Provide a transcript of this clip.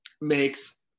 makes